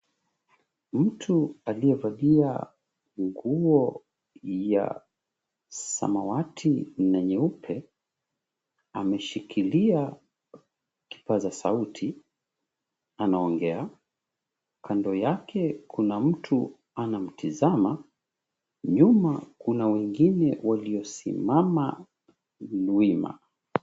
Mtu aliyevalia nguo za rangi ya samawati na nyeupe ameshikilia kipaza sauti anaongea, kando yake kuna mtu anatazama nyuma kuna wengine waliosimama wima.